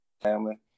family